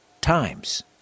times